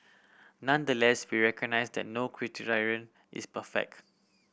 nonetheless we recognise that no criterion is perfect